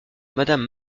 madame